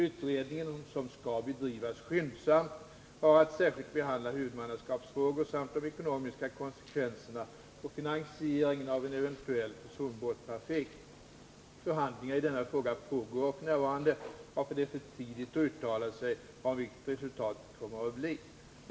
Utredningen, som skall bedrivas skyndsamt, har att särskilt behandla huvudmannaskapsfrågor samt de ekonomiska konsekvenserna och finansieringen av en eventuell personbåtstrafik. Förhandlingar i denna fråga pågår f. n., varför det är för tidigt att uttala sig om vilket resultatet kommer att bli.